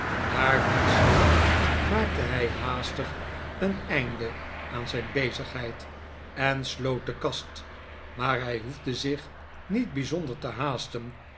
daarvan schrikkend maakte hij haastig een einde aan zijn bezigheid en sloot de kast maar hij hoefde zich niet bijzonder te haasten